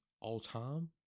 all-time